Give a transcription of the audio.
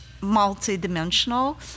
multi-dimensional